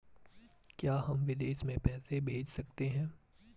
क्या हम विदेश में पैसे भेज सकते हैं?